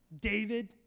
David